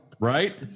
Right